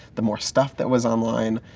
the more stuff that was online.